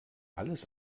alles